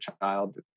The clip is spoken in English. child